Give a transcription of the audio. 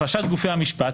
החלשת גופי המשפט,